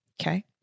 okay